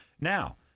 Now